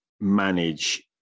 manage